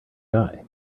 die